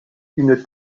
une